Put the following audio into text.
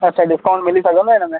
अच्छा डिस्काउंट मिली सघंदो इनमें